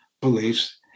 beliefs